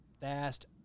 fast